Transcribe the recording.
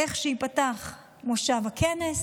איך שייפתח מושב הכנס,